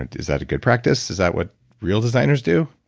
and is that a good practice? is that what real designers do?